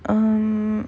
um